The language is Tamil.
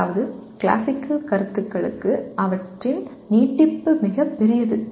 அதாவது கிளாசிக்கல் கருத்துகளுக்கு அவற்றின் நீட்டிப்பு மிகப் பெரியது